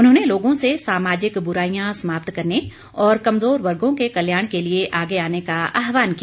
उन्होंने लोगों से सामाजिक बुराईयां समाप्त करने और कमजोर वर्गो के कल्याण के लिए आगे आने का आहवान किया